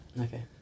Okay